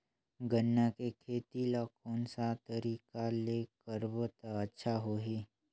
गन्ना के खेती ला कोन सा तरीका ले करबो त अच्छा होही?